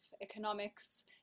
economics